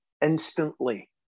instantly